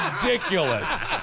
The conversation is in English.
ridiculous